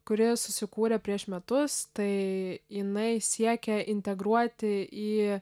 kuri susikūrė prieš metus tai jinai siekia integruoti į